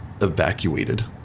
evacuated